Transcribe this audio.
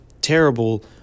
terrible